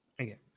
Okay